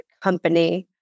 company